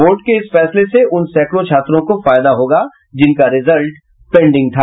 board के इस फैसले से उन सैकड़ों छात्रों को फायदा होगा जिनका रिजल्ट पेंडिंग था